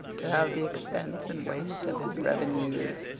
to have the expense and waste of his revenues.